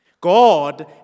God